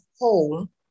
home